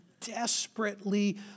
desperately